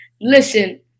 listen